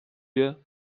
you